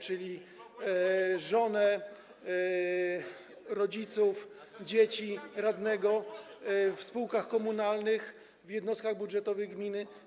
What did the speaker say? czyli żony, rodziców, dzieci radnego, w spółkach komunalnych, w jednostkach budżetowych gminy.